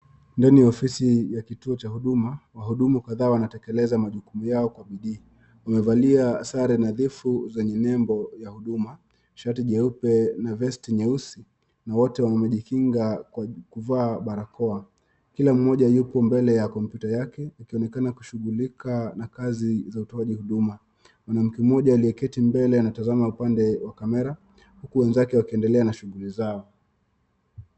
Hili ni ofisi la kituo cha huduma, mahudumu kadhaa wanatekeleza majukumu yao kwa bidii, wamevalia sare nadhifu yenye nembo ya huduma, shati nyeupe na vesti nyeusi. Wote wamejikinga kwa kuvaa barakoa, kila moja yuko mbele ya computer yake akionekana akishughulika na kazi za utowaji huduma, mwanamke aliye keti mbele anatazama upande wa kamera uku wengine wakiendelea na shughuli zao.